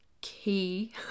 key